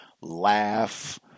laugh